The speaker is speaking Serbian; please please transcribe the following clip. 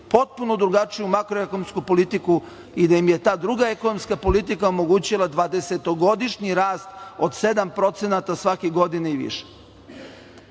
potpuno drugačiju makroekonomsku politiku i da im je ta druga ekonomska politika omogućila dvedesetogodišnji rast od 7% svake godine i više. Rast